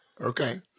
Okay